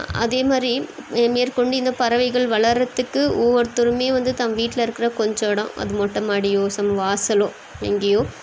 அதேமாதிரி மேற்கொண்டு இந்த பறவைகள் வளர்றதுக்கு ஒவ்வொருத்தருமே வந்து தம் வீட்டில் இருக்கிற கொஞ்சம் இடம் அது மொட்டை மாடியோ சம் வாசலோ எங்கேயோ